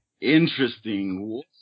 Interesting